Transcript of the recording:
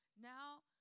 Now